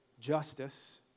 justice